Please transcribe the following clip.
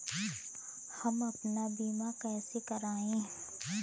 हम अपना बीमा कैसे कराए?